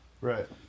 right